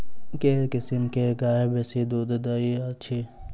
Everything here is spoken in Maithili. केँ किसिम केँ गाय बेसी दुध दइ अछि?